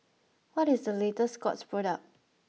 what is the latest Scott's product